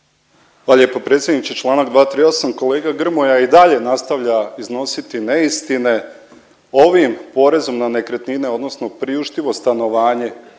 Hvala lijepo predsjedniče. Čl. 238., kolega Grmoja i dalje nastavlja iznositi neistine. Ovim porezom na nekretnine odnosno priuštivo stanovanje